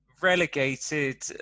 relegated